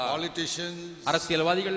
Politicians